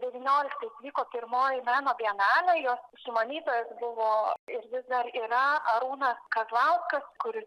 devynioliktais vyko pirmoji meno bienalė jos sumanytojas buvo ir vis dar yra arūnas kazlauskas kuris